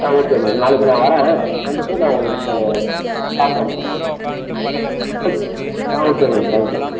ஆ okay madam நாளைக்கு நான் வர்றேன் வந்துவிட்டு நான் உங்களுக்கு பார்க்குறேன் மேடம் ஓகே மேம் ஆ ஓகே மேம் தேங்க்யூ